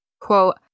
Quote